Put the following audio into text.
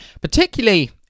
particularly